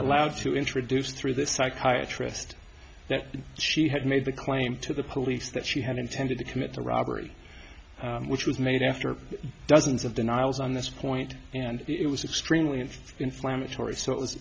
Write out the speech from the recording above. allowed to introduce through the psychiatry just that she had made the claim to the police that she had intended to commit the robbery which was made after dozens of denials on this point and it was extremely and inflammatory so it was